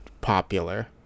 popular